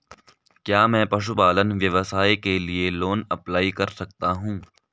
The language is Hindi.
क्या मैं पशुपालन व्यवसाय के लिए लोंन अप्लाई कर सकता हूं?